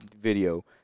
video